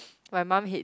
my mum hid